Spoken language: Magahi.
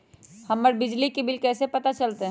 हमर बिजली के बिल कैसे पता चलतै?